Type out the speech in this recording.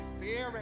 Spirit